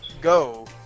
go